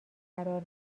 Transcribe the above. قرار